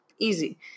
Easy